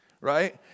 right